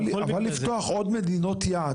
אבל לפתוח עוד מדינות יעד,